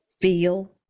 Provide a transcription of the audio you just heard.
feel